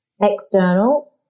external